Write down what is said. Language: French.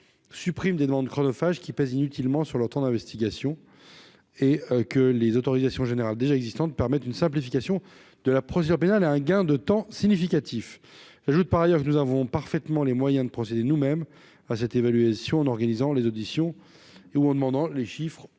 supprime des demandes chronophage qui pèsent inutilement sur le temps d'investigation et que les autorisations générales déjà existantes permettent une simplification de la procédure pénale est un gain de temps significatif j'ajoute par ailleurs que nous avons parfaitement les moyens de procéder nous-mêmes à cette évaluation en organisant les auditions et où on demandant les chiffres